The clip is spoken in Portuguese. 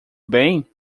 bem